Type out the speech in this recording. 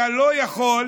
אתה לא יכול,